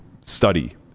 study